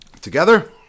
Together